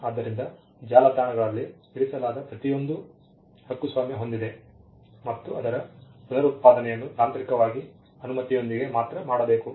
ಆದ್ದರಿಂದ ಜಾಲತಾಣಗಳಲ್ಲಿ ಇರಿಸಲಾದ ಪ್ರತಿಯೊಂದೂ ಹಕ್ಕುಸ್ವಾಮ್ಯ ಹೊಂದಿದೆ ಮತ್ತು ಅದರ ಪುನರುತ್ಪಾದನೆಯನ್ನು ತಾಂತ್ರಿಕವಾಗಿ ಅನುಮತಿಯೊಂದಿಗೆ ಮಾತ್ರ ಮಾಡಬೇಕು